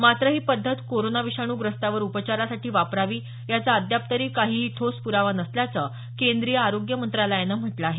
मात्र ही पद्धत कोरोना विषाणू ग्रस्तावर उपचारासाठी वापरावी याचा अद्यापतरी काहीही ठोस प्रावा नसल्याचं केंद्रीय आरोग्य मंत्रालयानं म्हटलं आहे